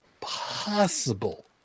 possible